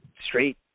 straight